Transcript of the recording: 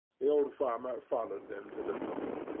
the old farmer followed them to the door.